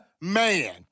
Man